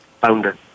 founder